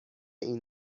این